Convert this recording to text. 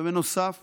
ובנוסף